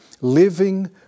living